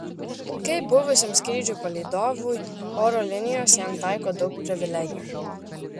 kaip buvusiam skrydžių palydovui oro linijos jam taiko daug privilegijų